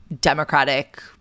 Democratic